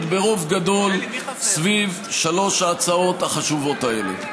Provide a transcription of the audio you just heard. ברוב גדול סביב שלוש ההצעות החשובות האלה.